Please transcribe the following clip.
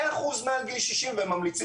100 אחוזים הם מעל גיל 60 והם ממליצים